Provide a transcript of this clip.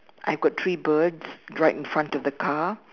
I've got three birds right in front of the car